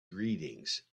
greetings